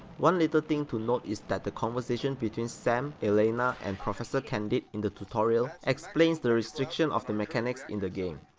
one little thing to note is that the conversation between sam, elena, and professor candide in the tutorial explains the restrictions of the mechanics in the game.